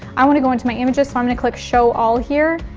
i wanna go into my images so i'm gonna click show all here.